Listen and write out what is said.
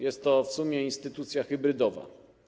Jest to w sumie instytucja hybrydowa.